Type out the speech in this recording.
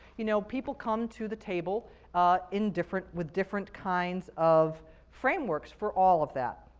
you know. people come to the table in different, with different kinds of frameworks for all of that.